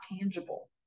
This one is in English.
tangible